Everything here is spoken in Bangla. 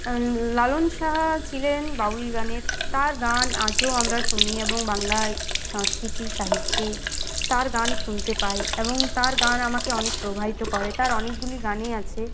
লালন শাহা ছিলেন বাউল গানের তার গান আজও আমরা শুনি এবং বাংলায় সংস্কৃতির সাহিত্যে তার গান শুনতে পাই এবং তার গান আমাকে অনেক প্রভাবিত করে তার অনেকগুলি গানেই আছে